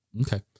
Okay